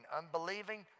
unbelieving